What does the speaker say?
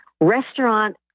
restaurant